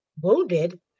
wounded